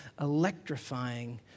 electrifying